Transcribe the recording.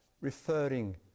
referring